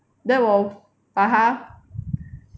then 我把它